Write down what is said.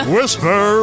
Whisper